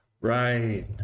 Right